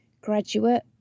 graduate